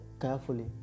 carefully